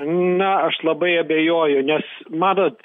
na aš labai abejoju nes matot